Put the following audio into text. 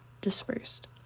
dispersed